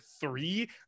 three